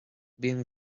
bíonn